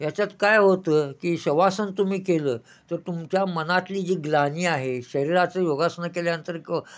याच्यात काय होतं की शवासन तुम्ही केलं तर तुमच्या मनातली जी ग्लानी आहे शरीराचं योगासनं केल्यानंतर क